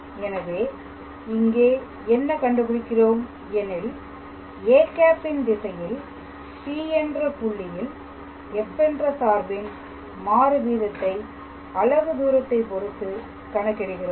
எனவே இங்கே என்ன கண்டுபிடிக்கிறோம் எனில் â ன் திசையில் P என்ற புள்ளியில் f என்ற சார்பின் மாறு வீதத்தை அலகு தூரத்தைப் பொறுத்து கணக்கிடுகிறோம்